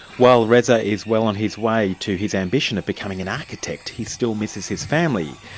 while reza is well on his way to his ambition of becoming an architect, he still misses his family.